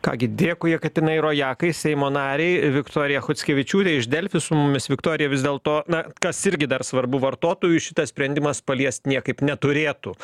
ką gi dėkui jekaterinai rojakai seimo narei viktorija chockevičiūtė iš delfi su mumis viktorija vis dėlto na kas irgi dar svarbu vartotojų šitas sprendimas paliest niekaip neturėtų